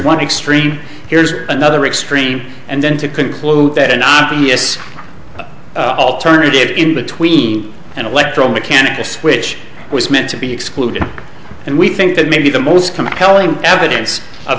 one extreme here's another extreme and then to conclude that an obvious alternative in between an electro mechanical switch was meant to be excluded and we think that maybe the most compelling evidence of